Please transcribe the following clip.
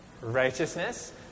righteousness